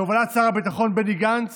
בהובלת שר הביטחון בני גנץ